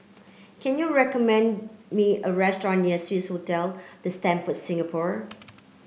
can you recommend me a restaurant near Swissotel The Stamford Singapore